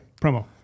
promo